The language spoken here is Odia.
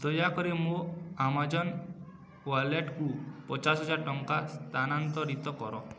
ଦୟାକରି ମୋ ଆମାଜନ୍ ୱାଲେଟକୁ ପଚାଶ ହଜାର ଟଙ୍କା ସ୍ଥାନାନ୍ତରିତ କର